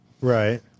Right